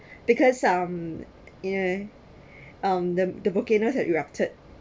because um you know um the the volcano had erupted